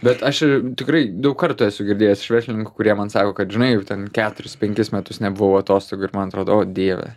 bet aš tikrai daug kartų esu girdėjęs iš verslininkų kurie man sako kad žinai jau ten keturis penkis metus nebuvo vat atostogų ir man atrodo o dieve